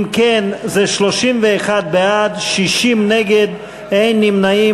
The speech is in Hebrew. אם כן, 31 בעד, 60 נגד, אין נמנעים.